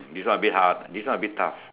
this one a bit hard this one a bit tough